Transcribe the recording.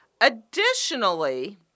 Additionally